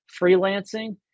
freelancing –